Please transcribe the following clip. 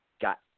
got